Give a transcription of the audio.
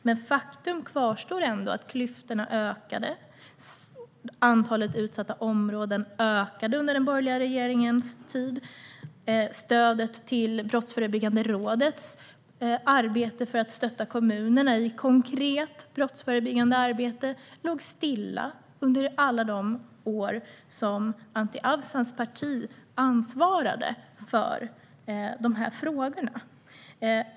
Men faktum kvarstår ändå att klyftorna ökade, antalet utsatta områden ökade och stödet till Brottsförebyggande rådets arbete för att stötta kommunerna i konkret brottsförebyggande arbete låg still under alla de år som Anti Avsans parti ansvarade för dessa frågor.